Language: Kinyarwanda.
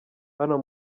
hano